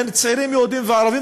בין צעירים יהודים וערבים,